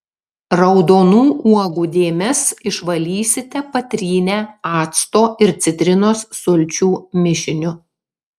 raudonų uogų dėmes išvalysite patrynę acto ir citrinos sulčių mišiniu